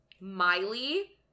miley